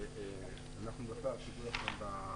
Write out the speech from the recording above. תדעו לכם,